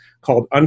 called